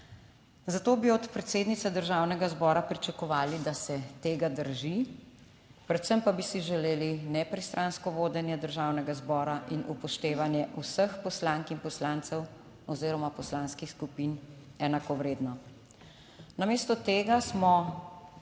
Zato bi od predsednice Državnega zbora pričakovali, da se tega drži, predvsem pa bi si želeli nepristransko vodenje Državnega zbora in upoštevanje vseh poslank in poslancev oziroma poslanskih skupin enakovredno.